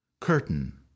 Curtain